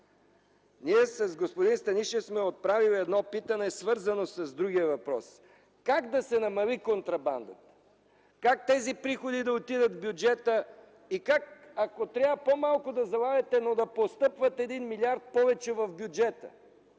Ние с господин Станишев сме отправили едно питане, свързано с другия въпрос: как да се намали контрабандата, как тези приходи да отидат в бюджета и как, ако трябва по-малко да залагате, но да постъпват 1 милиард повече в бюджета?!